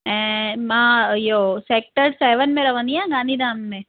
ऐं मां इहो सेक्टर सेविन में रहंदी आहियां गांधीधाम में